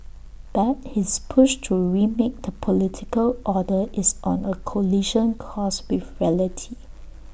but his push to remake the political order is on A collision course with reality